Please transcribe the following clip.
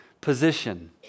position